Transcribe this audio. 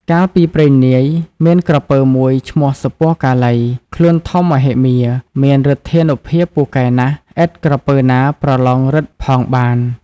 កាលពីព្រេងនាយ មានក្រពើមួយឈ្មោះ " សុពណ៌កាឡី” ខ្លួនធំមហិមា មានឫទ្ធានុភាពពូកែណាស់ ឥត ក្រពើណាប្រឡងឫទ្ធិផងបាន។